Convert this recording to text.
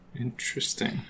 Interesting